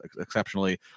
exceptionally